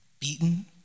beaten